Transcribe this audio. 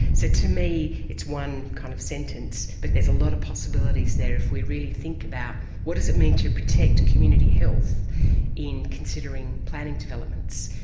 so to me it's one kind of sentence, but there's a lot of possibilities there if we really think about what does it mean to protect community health in considering planning developments.